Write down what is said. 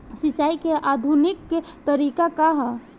सिंचाई क आधुनिक तरीका का ह?